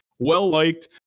well-liked